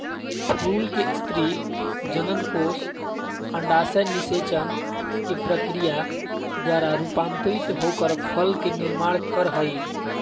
फूल के स्त्री जननकोष अंडाशय निषेचन के प्रक्रिया द्वारा रूपांतरित होकर फल के निर्माण कर हई